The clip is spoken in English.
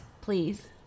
please